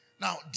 Now